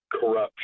corruption